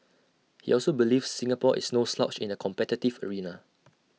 he also believes Singapore is no slouch in the competitive arena